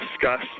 discuss